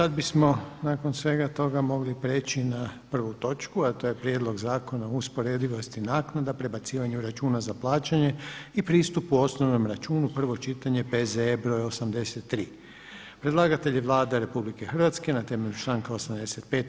Sada bismo nakon svega toga mogli preći na 1. točku a to je: - Prijedlog zakona o usporedivosti naknada, prebacivanju računa za plaćanje i pristupu osnovnom računu, prvo čitanje, P.Z.E br. 83; Predlagatelj je Vlada RH, na temelju članka 85.